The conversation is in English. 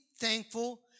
thankful